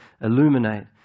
illuminate